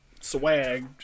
swag